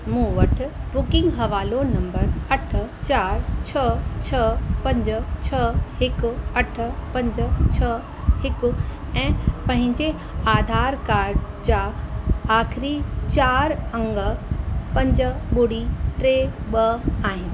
मूं वटि बुकिंग हवालो नम्बर अठ चारि छह छह पंज छह हिकु अठ पंज छह हिकु ऐं पंहिंजे आधार कार्ड जा आखिरी चारि अंग पंज ॿुड़ी टे ॿ आहिनि